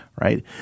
right